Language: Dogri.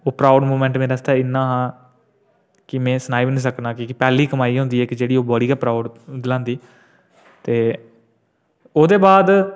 प्राउड़ मूवमेंट मेरे आस्तै इन्ना हा के में सनाई बी नेई सकना हां कि पैहली कमाई जेह्की होंदी ऐ ओह् इक बड़ी गै प्राउड़ गलांदी ते ओह्दे बाद